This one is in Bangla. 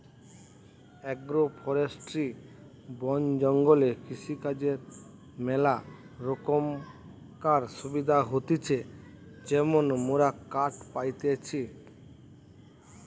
আগ্রো ফরেষ্ট্রী বন জঙ্গলে কৃষিকাজর ম্যালা রোকমকার সুবিধা হতিছে যেমন মোরা কাঠ পাইতেছি